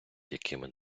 якими